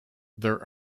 there